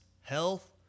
health